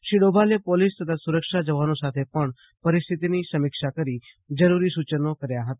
શ્રી ડોભાલે પોલીસ તથા સુરક્ષા જવાનો સાથે પણ પરિસ્થિતિની સમીક્ષા કરી જરૂરી સૂચનો કર્યા હતાં